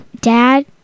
Dad